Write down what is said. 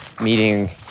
meeting